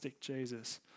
Jesus